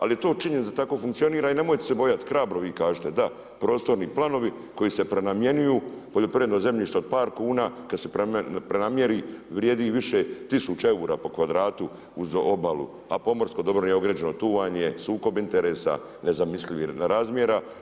Ali je to činjenica, tako funkcionira i nemojte se bojati, hrabro vi kažite da, prostorni planovi koji se prenamjenjuju, poljoprivredno zemljište od par kuna kada se prenamijeni vrijedi više tisuća eura po kvadratu uz obalu a pomorsko dobro nije … Tu vam je sukob interesa nezamisliva razmjera.